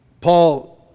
Paul